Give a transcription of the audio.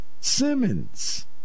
Simmons